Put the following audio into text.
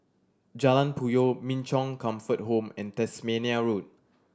Jalan Puyoh Min Chong Comfort Home and Tasmania Road